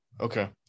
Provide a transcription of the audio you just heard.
Okay